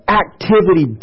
activity